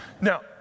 Now